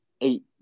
eight